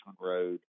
Road